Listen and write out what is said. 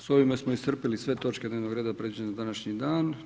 S ovime smo iscrpili sve točke dnevnog reda predviđene za današnji dan.